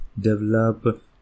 develop